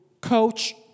coach